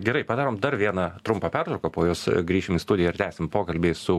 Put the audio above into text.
gerai padarom dar vieną trumpą pertrauką po jos grįšim į studiją ir tęsim pokalbį su